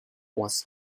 was